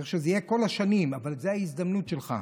צריך שזה יהיה כל השנים, אבל זו ההזדמנות שלך: